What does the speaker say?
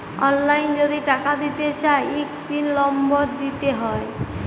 অললাইল যদি টাকা দিতে চায় ইক পিল লম্বর দিতে হ্যয়